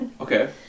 Okay